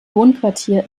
wohnquartier